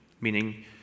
meaning